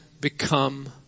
become